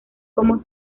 como